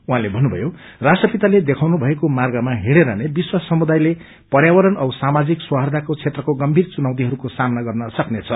उाहाँले भन्नुभयो राष्ट्रपिताले देखाउनु भएको मार्गमा हिड़ेर नै विश्व समुदाय पर्यावरण औ सामाजिक सोर्हादको क्षेत्रको गम्भीर चुनौतीहरूको सामना गर्न सक्नेछ